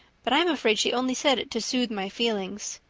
but i'm afraid she only said it to soothe my feelings.